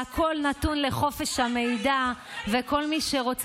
היו מים במרוקו?